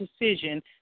decision